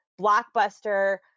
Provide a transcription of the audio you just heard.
blockbuster